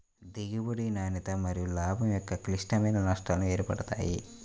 దిగుబడి, నాణ్యత మరియులాభం యొక్క క్లిష్టమైన నష్టాలు ఏర్పడతాయి